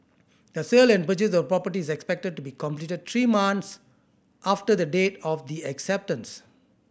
the sale and purchase of property is expected to be completed three months after the date of the acceptance